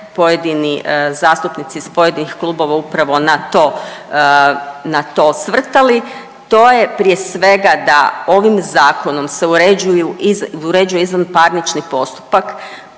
pojedini zastupnici iz pojedinih klubova upravo na to osvrtali to je prije svega da ovim zakonom se uređuje izvanparnični postupak